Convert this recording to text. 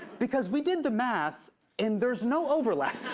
because we did the math and there's no overlap.